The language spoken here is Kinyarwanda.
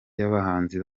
y’abahanzi